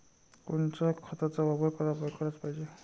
कोनच्या खताचा वापर कराच पायजे?